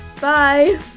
Bye